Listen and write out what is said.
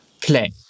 play